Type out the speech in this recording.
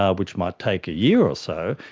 ah which might take a year or so,